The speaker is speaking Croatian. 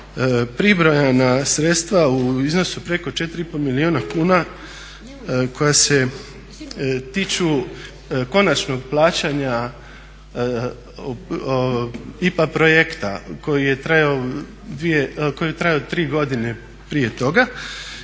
pribrojana sredstva u iznosu preko 4,5 milijuna kuna koja se tiču konačnog plaćanja IPA projekta koji je trajao tri godine prije toga